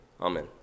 Amen